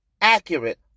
accurate